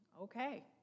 Okay